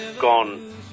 gone